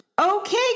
Okay